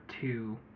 two